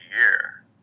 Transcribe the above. year